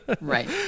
Right